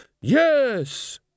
yes